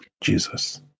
Jesus